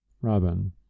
Robin